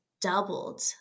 doubled